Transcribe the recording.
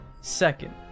second